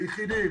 היחידים